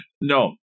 No